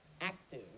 active